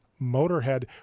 Motorhead